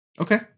Okay